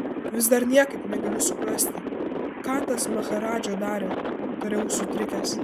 vis dar niekaip negaliu suprasti ką tas maharadža darė tariau sutrikęs